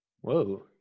whoa